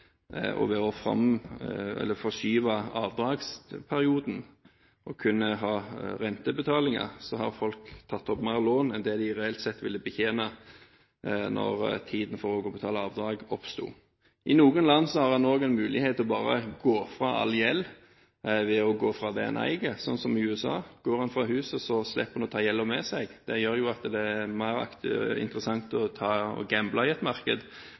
boligeiere. Ved å forskyve avdragsperioden og kun ha rentebetalinger har folk tatt opp mer lån enn det de reelt sett ville betjene når tiden for å betale avdrag oppsto. I noen land har en også mulighet til bare å gå fra all gjeld ved å gå fra det en eier – som i USA: Går en fra huset, slipper en å ta gjelden med seg. Det gjør at det er mer interessant å gamble i et marked